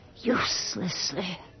Uselessly